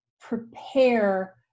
prepare